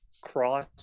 cross